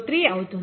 03 అవుతుంది